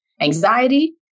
anxiety